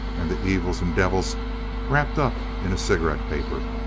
and the evils and devils wrapped up in a cigarette paper.